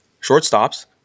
shortstops